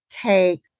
take